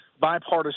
bipartisan